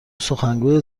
سخنگوی